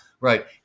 right